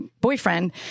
boyfriend